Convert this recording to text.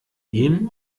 ihm